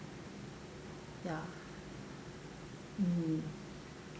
ya mm